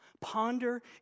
Ponder